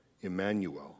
Emmanuel